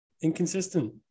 inconsistent